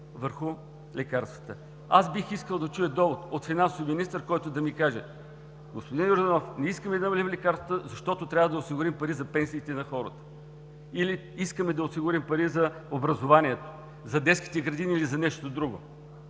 върху лекарствата. Бих искал да чуя довод от финансовия министър, който да ми каже: господин Йорданов, не искаме да намалим лекарствата, защото трябва да осигурим пари за пенсиите на хората или искаме да осигурим пари за образованието, за детските градини или за нещо друго.